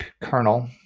kernel